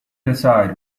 decide